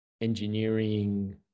engineering